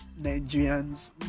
nigerians